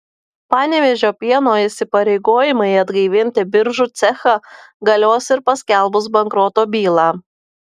panevėžio pieno įsipareigojimai atgaivinti biržų cechą galios ir paskelbus bankroto bylą